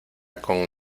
con